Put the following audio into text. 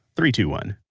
three, two, one